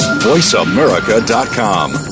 VoiceAmerica.com